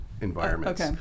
environments